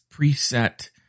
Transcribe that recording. preset